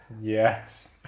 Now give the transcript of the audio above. Yes